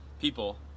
people